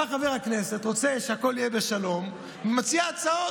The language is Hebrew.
בא חבר כנסת, רוצה שהכול יהיה בשלום ומציע הצעות.